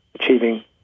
achieving